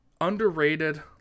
underrated